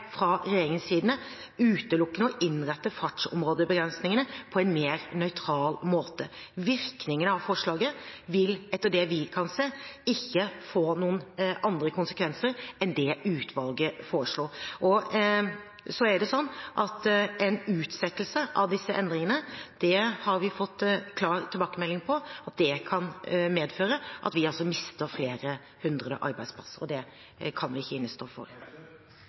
fra regjeringens side utelukkende å innrette fartsområdebegrensningene på en mer nøytral måte. Virkningene av forslaget vil, etter det vi kan se, ikke få noen andre konsekvenser enn det utvalget foreslo. En utsettelse av disse endringene har vi fått klar tilbakemelding på kan medføre at vi mister flere hundre arbeidsplasser, og det kan vi ikke innestå for.